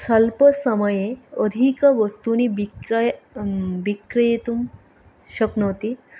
स्वल्पसमये अधिकवस्तूनि विक्रय् विक्रेतुं शक्नोति